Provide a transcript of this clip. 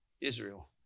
Israel